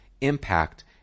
impact